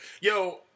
Yo